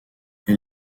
est